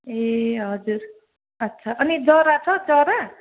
ए हजुर अच्छा अनि जरा छ जरा